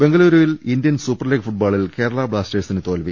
ബെംഗളുരുവിൽ Indian super league ഫുട്ബോളിൽ കേരള ബ്ലാസ്റ്റേ ഴ്സിന് തോൽവി